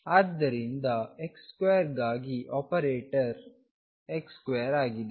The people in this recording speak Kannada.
ಆದ್ದರಿಂದ x2 ಗಾಗಿ ಆಪರೇಟರ್ x2ಆಗಿದೆ